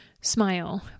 Smile